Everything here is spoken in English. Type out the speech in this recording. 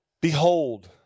Behold